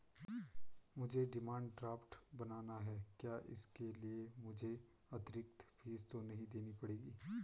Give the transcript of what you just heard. मुझे demand draft बनाना है क्या इसके लिए मुझे अतिरिक्त फीस तो नहीं देनी पड़ेगी?